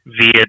via